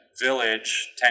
village